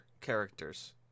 characters